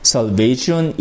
Salvation